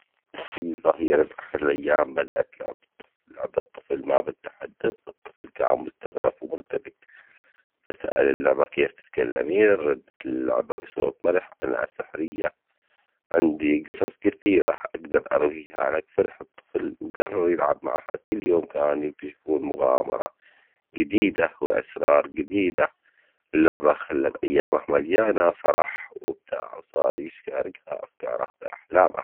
في ظهيرة أحد الأيام بدأت لعبة لعبة طفل ما تتحدث، الطفل كان مستغرب ومرتبك، فسأل اللعبة كيف تتكلمين ردت اللعبة بصوت مرح أنا سحرية عندي جصص كثيرة أجدر أرويها لك، فرح الطفل وجرر يلعب معها كل يوم كانو يكتشفون مغامرة جديدة وأسرار جديدة، اللعبة خلت أيامه مليانة فرحة وبتاع وصار يشاركها أفكاره وأحلامه.